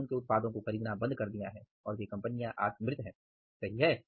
लोगों ने उनके उत्पादों को खरीदना बंद कर दिया है और वे कंपनियां मृत हैं सही हैं